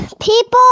people